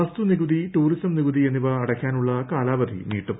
വസ്തു നികുതി ടൂറിസം നികുതി എന്നിവ അടയ്ക്കാനുള്ള കാലാവധി നീട്ടും